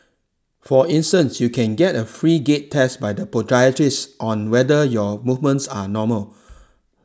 for instance you can get a free gait test by the podiatrists on whether your movements are normal